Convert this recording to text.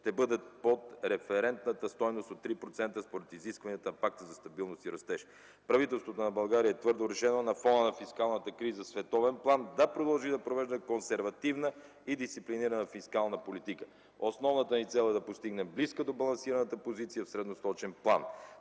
ще бъде по референтната стойност от 3%, според изискванията на Пакта за стабилност и растеж. Правителството на България е твърдо решено на фона на фискалната криза в световен план да продължи да провежда консервативна и дисциплинирана фискална политика. Основната ни цел е да постигнем близка до балансираната позиция в средносрочен план.